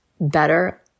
better